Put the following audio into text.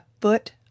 foot